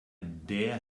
dare